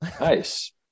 nice